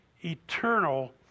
eternal